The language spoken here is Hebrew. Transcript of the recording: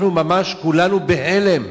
אנחנו ממש, כולנו בהלם.